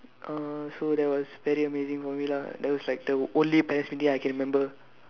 uh so that was very amazing for me lah that was like the only parents meeting I can remember